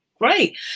great